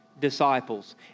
disciples